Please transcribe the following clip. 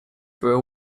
through